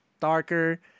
darker